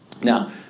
Now